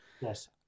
yes